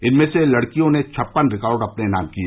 इनमें से लड़कियों ने छप्पन रिकॉर्ड अपने नाम किए